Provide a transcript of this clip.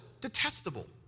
detestable